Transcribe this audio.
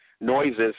noises